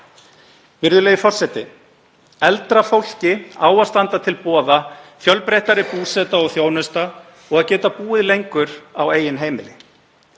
Virðulegur forseti. Eldra fólki á að standa til boða fjölbreyttari búseta og þjónusta og að geta búið lengur á eigin heimili.